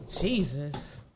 Jesus